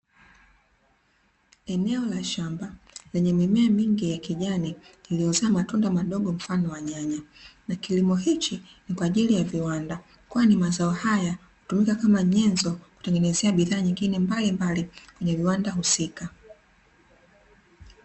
Eneo la shamba lenye mimea mingi ya kijani, iliyozaa matunda madogo mfano wa nyanya. Na kilimo hiki ni kwa ajili ya viwanda, kwani mazao haya hutumika kama nyenzo ya kutengenezea bidhaa nyingine mbalimbali kwenye viwanda husika.